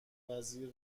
وزیر